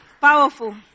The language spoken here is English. powerful